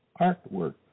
Artwork